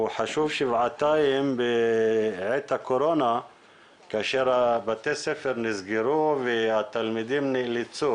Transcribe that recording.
הוא חשוב שבעתיים בעת הקורונה כאשר בתי הספר נסגרו והתלמידים נאלצו